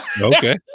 Okay